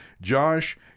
Josh